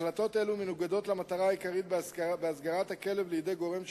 החלטות אלה מנוגדות למטרה העיקרית בהסגרת הכלב לידי גורם שלטוני,